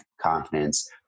confidence